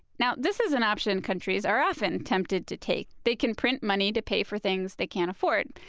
now this is an option countries are often tempted to take. they can print money to pay for things they can't afford.